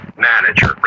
manager